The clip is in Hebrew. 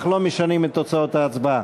אך לא משנים את תוצאות ההצבעה.